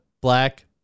Black